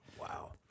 Wow